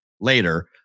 later